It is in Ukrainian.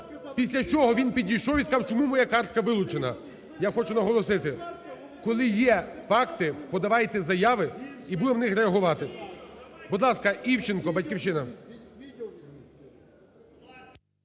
Після чого він підійшов і сказав: "Чому моя картка вилучена?" Я хочу наголосити, коли є факти, подавайте заяви, і будемо на них реагувати. Будь ласка, Івченко, "Батьківщина".